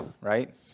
right